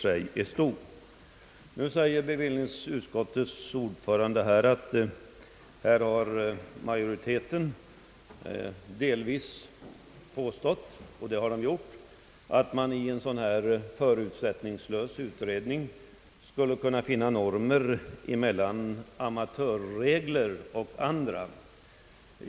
Det är riktigt som bevillningsutskottets ordförande säger, att majoriteten i viss mån har påstått att en förutsättningslös utredning skulle kunna finna normer som anpassas till amatörreglerna på ena eller andra sättet.